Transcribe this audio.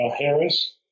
Harris